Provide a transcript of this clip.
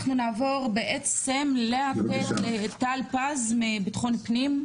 אנחנו נעבור עכשיו לטל פז מביטחון הפנים,